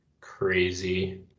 crazy